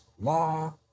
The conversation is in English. law